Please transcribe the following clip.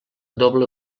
doble